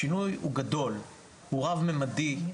השינוי הוא גדול, הוא רב ממדי,